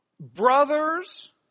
Brothers